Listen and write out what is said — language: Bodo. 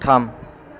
थाम